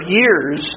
years